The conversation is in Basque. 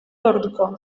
orduko